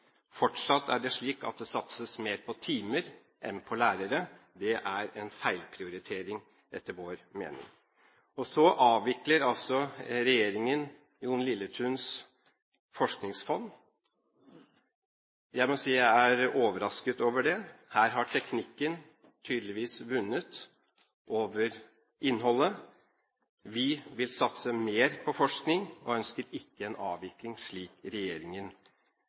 Fortsatt er det slik at det satses mer på timer enn på lærere. Det er en feilprioritering, etter vår mening. Og så avvikler regjeringen Jon Lilletuns forskningsfond. Jeg må si at jeg er overrasket over det. Her har teknikken tydeligvis vunnet over innholdet. Vi vil satse mer på forskning, og ønsker ikke en avvikling, slik regjeringen